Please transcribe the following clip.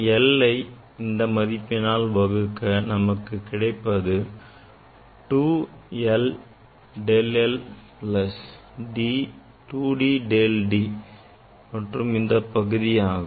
1 ஐ இந்த மதிப்பினால் வகுக்க நமக்கு கிடைப்பது 2 l del l plus 2 D del D மற்றும் இந்த பகுதி ஆகும்